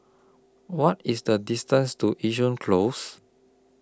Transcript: What IS The distance to Yishun Close